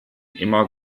immer